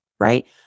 right